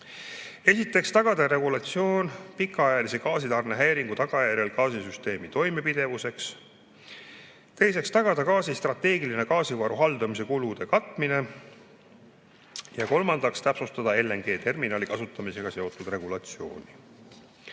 Esiteks, tagada regulatsioon pikaajalise gaasitarnehäiringu tagajärjel gaasisüsteemi toimepidevuseks. Teiseks, tagada gaasi strateegiline gaasivaru haldamise kulude katmine. Ja kolmandaks, täpsustada LNG-terminali kasutamisega seotud regulatsiooni. Kuivõrd